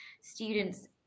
students